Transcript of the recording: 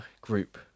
group